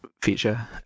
feature